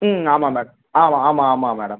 ம் ஆமாம் மேடம் ஆமாம் ஆமாம் ஆமாம் மேடம்